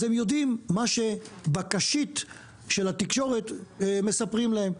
אז הם יודעים בקשית של התקשורת מספרים להם,